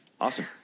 awesome